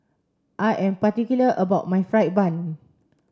I am particular about my fried bun